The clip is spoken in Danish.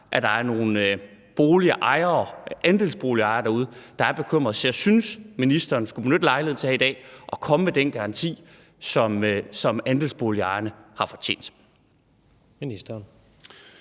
at der er nogle andelsboligejere derude, der er bekymrede. Så jeg synes, ministeren skulle benytte lejligheden til her i dag at komme med den garanti, som andelsboligerne har fortjent.